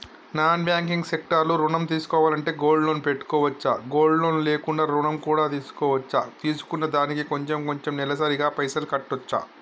Non banking sector లో ఋణం తీసుకోవాలంటే గోల్డ్ లోన్ పెట్టుకోవచ్చా? గోల్డ్ లోన్ లేకుండా కూడా ఋణం తీసుకోవచ్చా? తీసుకున్న దానికి కొంచెం కొంచెం నెలసరి గా పైసలు కట్టొచ్చా?